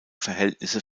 verhältnisse